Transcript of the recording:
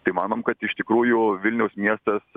tai manom kad iš tikrųjų vilniaus miestas